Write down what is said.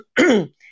okay